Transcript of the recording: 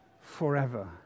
forever